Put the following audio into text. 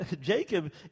Jacob